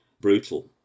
brutal